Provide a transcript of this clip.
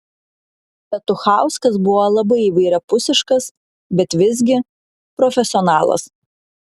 petuchauskas buvo labai įvairiapusiškas bet visgi profesionalas